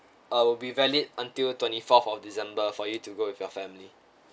uh will be valid until twenty fourth of december for you to go with your family